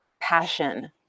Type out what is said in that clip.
passion